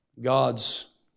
God's